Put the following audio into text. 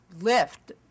lift